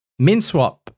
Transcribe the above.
MinSwap